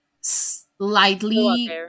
slightly